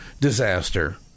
disaster